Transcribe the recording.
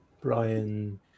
Brian